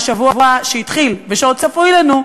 מהשבוע שהתחיל ועוד צפוי לנו,